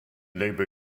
labor